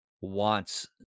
Wants